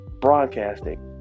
broadcasting